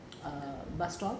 err bus stop